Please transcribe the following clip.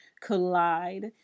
collide